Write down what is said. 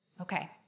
okay